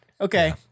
okay